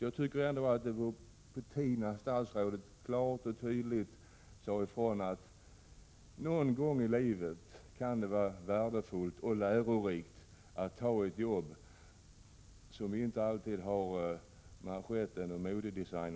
Jag tycker att det vore på tiden att statsrådet klart och tydligt sade ifrån att det kan vara värdefullt och lärorikt att någon gång i livet ta ett jobb som inte har karaktären av manschettarbete eller modedesign.